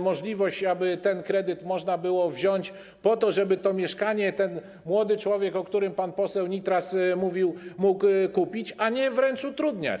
możliwość, aby ten kredyt można było wziąć po to, żeby to mieszkanie ten młody człowiek, o którym pan poseł Nitras mówił, mógł kupić, a nie wręcz utrudniać.